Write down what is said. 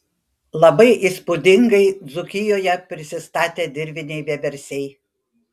labai įspūdingai dzūkijoje prisistatė dirviniai vieversiai